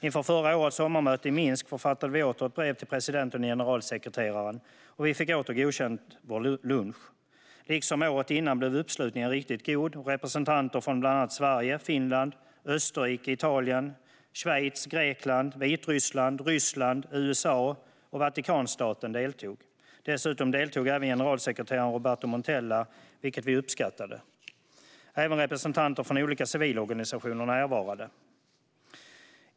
Inför förra årets sommarmöte i Minsk författade vi åter ett brev till presidenten och generalsekreteraren, och vi fick åter vår lunch godkänd. Liksom året före blev uppslutningen riktigt god. Representanter från bland andra Sverige, Finland, Österrike, Italien, Schweiz, Grekland, Vitryssland, Ryssland, USA och Vatikanstaten deltog. Dessutom deltog generalsekreteraren Roberto Montella, vilket vi uppskattade. Även representanter från olika civilorganisationer närvarade.